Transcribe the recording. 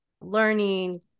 learning